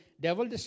devil